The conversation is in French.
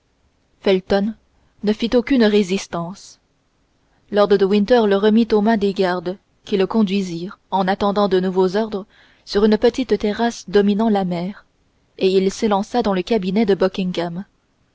felton ne fit aucune résistance lord de winter le remit aux mains des gardes qui le conduisirent en attendant de nouveaux ordres sur une petite terrasse dominant la mer et il s'élança dans le cabinet de